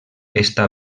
està